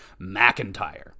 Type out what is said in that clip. McIntyre